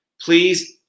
please